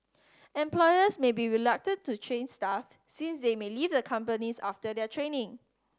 employers may be reluctant to train staff since they may leave the companies after their training